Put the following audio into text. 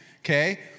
Okay